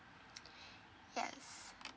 yes